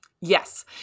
Yes